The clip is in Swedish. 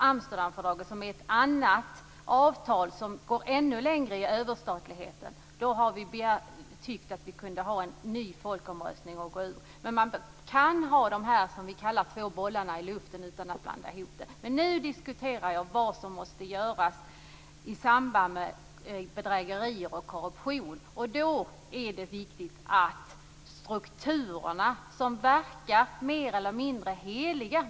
Amsterdamfördraget är ett annat avtal som går ännu längre i överstatlighet. Det har gjort att vi har tyckt att vi kunde ha en ny folkomröstning och gå ur. Man kan ha dessa två bollar i luften utan att blanda ihop dem. Men nu diskuterar jag vad som måste göras i samband med bedrägerier och korruption. Strukturerna verkar mer eller mindre heliga.